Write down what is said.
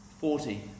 Forty